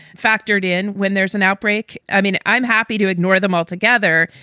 factored in when there's an outbreak? i mean, i'm happy to ignore them altogether.